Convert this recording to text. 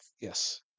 Yes